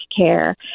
care